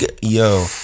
Yo